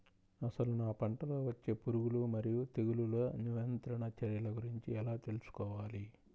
అసలు నా పంటలో వచ్చే పురుగులు మరియు తెగులుల నియంత్రణ చర్యల గురించి ఎలా తెలుసుకోవాలి?